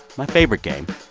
my favorite game,